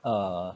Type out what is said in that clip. uh